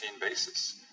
basis